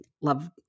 love